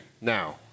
Now